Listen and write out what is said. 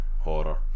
horror